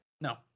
no